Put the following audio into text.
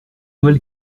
noël